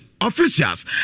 Officials